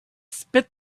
spit